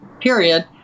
period